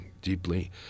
deeply